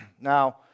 Now